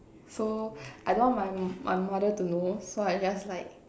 so I don't want my my mother to know so I just like